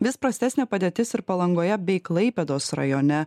vis prastesnė padėtis ir palangoje bei klaipėdos rajone